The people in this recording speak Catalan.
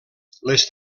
les